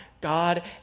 God